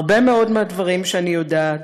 הרבה מאוד מהדברים שאני יודעת,